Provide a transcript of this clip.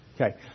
Okay